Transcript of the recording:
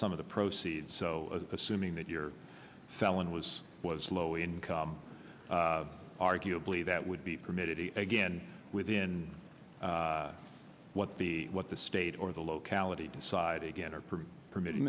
some of the proceeds so assuming that you're selling was was low income arguably that would be permitted again within what b what the state or the locality decide again are permitted